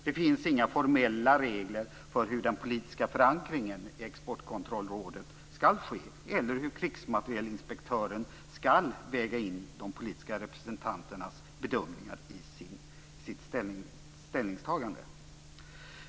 Det finns inga formella regler för hur den politiska förankringen i Exportkontrollrådet skall ske eller hur krigsmaterielinspektören skall väga in de politiska representanternas bedömningar i sitt ställningstagande.